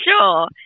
Sure